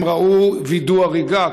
הם ראו וידוא הריגה,